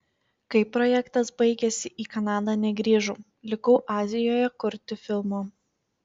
kai projektas baigėsi į kanadą negrįžau likau azijoje kurti filmo